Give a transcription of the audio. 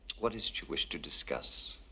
what is it you wish to discuss?